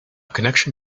connection